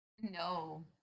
No